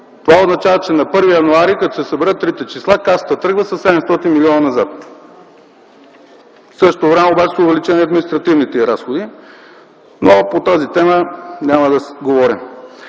Това означава, че на 1 януари, като се съберат трите числа, Касата тръгва със 700 милиона назад. В същото време обаче са увеличени административните й разходи, но по тази тема няма да говоря.